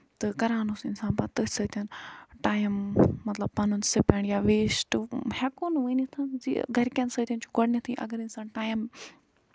تہٕ کران اوس اِنسان پَتہٕ تٔتھۍ سۭتۍ ٹایم مطلب پَنُن سِپینڈ یا ویسٹ ہٮ۪کو نہٕ ؤنِتھ زِ گرِکین سۭتۍ چھُ گۄڈٕنیتھٕے اَگر اِنسان ٹایم